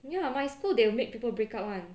ya my school they will make people break up [one]